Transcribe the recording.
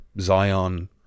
Zion